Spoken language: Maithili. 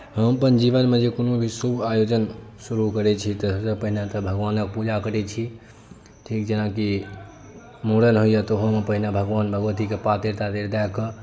हम अपन जीवनमे जे कोनो भी शुभ आयोजन शुरू करैत छी तऽ सभसँ पहिने तऽ भगवानक पूजा करैत छी ठीक जेनाकि मूड़न होइए तऽ ओहोमे पहिने भगवान भगवतीकेँ पातरि तातरि दए कऽ